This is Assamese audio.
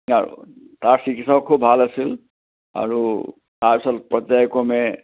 আৰু তাৰ চিকিৎসাও খুব ভাল আছিল আৰু তাৰপিছত পৰ্য্যায়ক্ৰমে